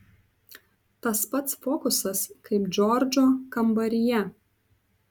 tas pats fokusas kaip džordžo kambaryje